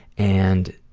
and